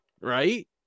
right